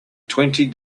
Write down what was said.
twenty